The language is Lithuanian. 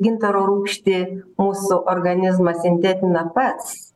gintaro rūgštį mūsų organizmas sintetina pats